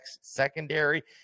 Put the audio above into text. secondary